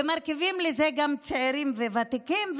ומרכיבים לזה גם צעירים וותיקים,